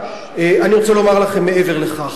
אני רוצה לומר לכם מעבר לכך,